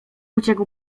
uciekł